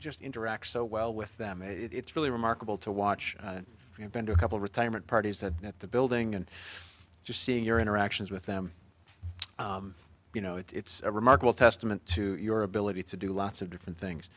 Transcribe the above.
just interact so well with them it's really remarkable to watch you have been to a couple retirement parties that at the building and just seeing your interactions with them you know it's a remarkable testament to your ability to do lots of different things